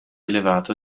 elevato